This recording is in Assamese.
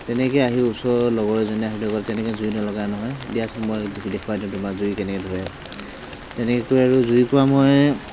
তেনেকেই আহি ওচৰ লগৰ এজনে আহি পেলাই ক'লে তেনেকৈ জুই নলগাই নহয় দিয়াচোন মই দেখুৱাই দিওঁ তোমাক জুই কেনেকৈ ধৰে তেনেকৈ কৈ আৰু জুইকুৰা মই